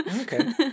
okay